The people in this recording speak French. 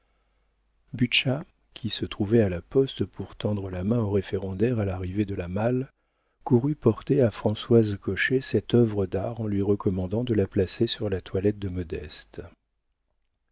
qui se trouvait à la poste pour tendre la main au référendaire à l'arrivée de la malle courut porter à françoise cochet cette œuvre d'art en lui recommandant de la placer sur la toilette de modeste